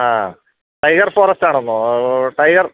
ആ tiger forest ആണെന്നോ tiger